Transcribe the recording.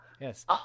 yes